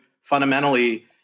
fundamentally